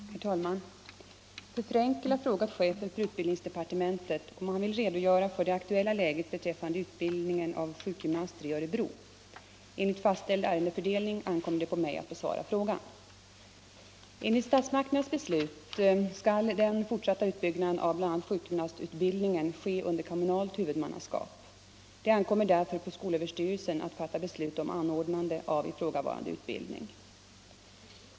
Herr talman! Fru Frenkel har frågat chefen för utbildningsdepartementet om han vill redogöra för det aktuella läget beträffande utbildningen av sjukgymnaster i Örebro. Enligt fastställd ärendefördelning ankommer det på mig att besvara frågan. styrelsen att fatta beslut om anordnande av ifrågavarande utbildning.